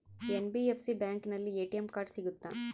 NBFC ಬ್ಯಾಂಕಿನಲ್ಲಿ ATM card ಸಿಗುತ್ತಾ?